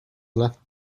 left